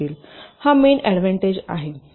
हा main advantage आहे